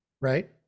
right